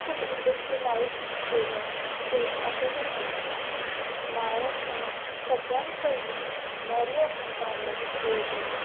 खूब industrialised state state अशें बी म्हणटात महाराष्ट्रा सगळ्यांत पयली मौर्य एम्पायरान रूल केल्लें